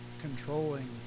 controlling